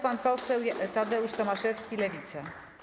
Pan poseł Tadeusz Tomaszewski, Lewica.